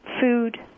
food